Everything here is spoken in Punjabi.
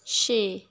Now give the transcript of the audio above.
ਛੇ